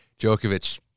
Djokovic